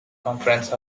conference